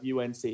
UNC